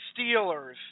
Steelers